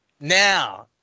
Now